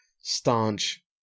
staunch